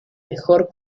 mejor